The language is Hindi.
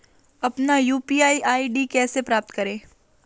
अपना यू.पी.आई आई.डी कैसे प्राप्त करें?